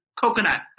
Coconut